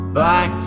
back